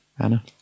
Anna